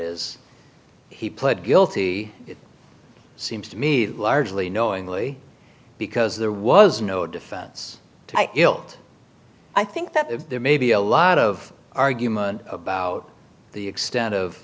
is he pled guilty seems to me that largely knowingly because there was no defense to elt i think that there may be a lot of argument about the extent of